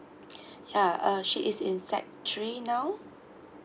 ya uh she is in sec three now